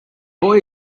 boy